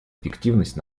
эффективность